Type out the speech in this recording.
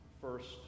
first